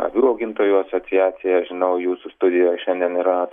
avių augintojų asociacija žinau jūsų studijoje šiandien yra